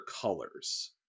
colors